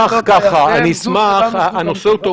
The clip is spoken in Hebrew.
"שתי גדות לירדן זו שלנו וזו גם כן." הנושא הוא טעון.